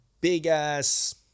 big-ass